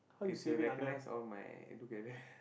is you recognise all my together